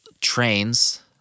trains